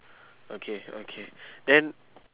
okay okay then